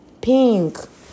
pink